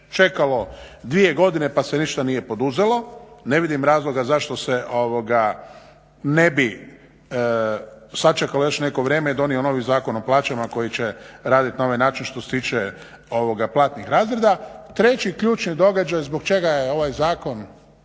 čekalo dvije godine pa se ništa nije poduzelo, ne vidim razloga zašto se ovoga ne bi sačekalo još neko vrijeme i donio novi Zakon o plaćama koji će raditi na ovaj način što se tiče platnih razloga. Treći ključni događaj zbog čega je ovaj zakon,